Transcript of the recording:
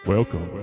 Welcome